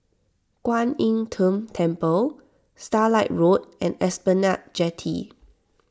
Kwan Im Tng Temple Starlight Road and Esplanade Jetty